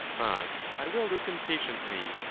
but i will listen patiently,